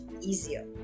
easier